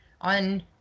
On